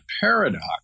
Paradox